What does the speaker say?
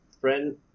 friend